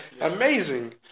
Amazing